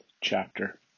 chapter